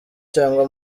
cyangwa